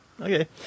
Okay